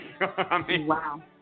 Wow